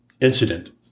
incident